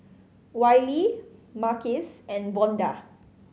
Wylie Marquez and Vonda